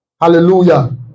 Hallelujah